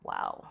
Wow